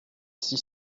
six